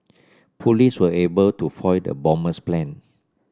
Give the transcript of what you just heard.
police were able to foil the bomber's plan